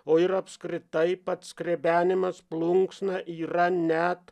o ir apskritai pats skrebenimas plunksna yra net